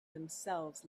themselves